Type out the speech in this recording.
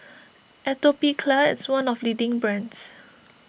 Atopiclair is one of leading brands